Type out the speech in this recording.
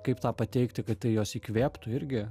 kaip tą pateikti kad tai juos įkvėptų irgi